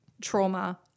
trauma